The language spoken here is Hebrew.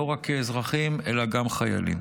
לא רק האזרחים, אלא גם חיילים.